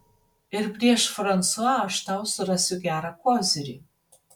ir prieš fransua aš tau surasiu gerą kozirį